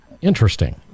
Interesting